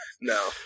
No